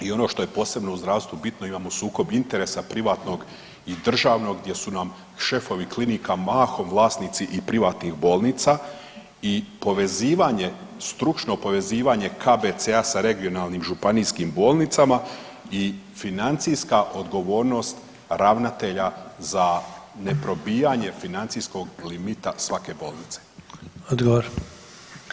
I ono što je posebno u zdravstvu bitno imamo sukob interesa privatnog i državnog gdje su nam šefovi klinika mahom vlasnici i privatnih bolnica i povezivanje, stručno povezivanje KBC-a sa regionalnim županijskim bolnicama i financijska odgovornost ravnatelja za ne probijanje financijskog limita svake bolnice.